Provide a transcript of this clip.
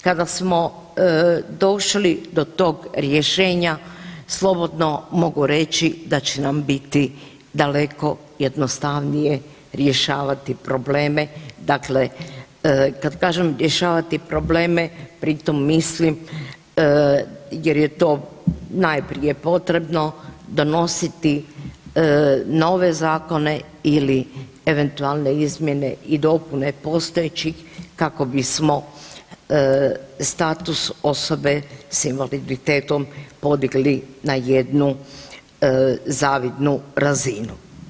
Kada smo došli do tog rješenja slobodno mogu reći da će nam biti daleko jednostavnije rješavati probleme, dakle kad kažem rješavati probleme pri tom mislim jer je to najprije potrebno donositi nove zakone ili eventualne izmjene i dopune postojećih kako bismo status osobe s invaliditetom podigli na jednu zavidnu razinu.